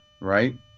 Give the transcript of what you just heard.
right